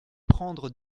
prendre